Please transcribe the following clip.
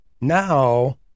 now